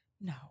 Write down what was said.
No